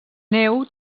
neu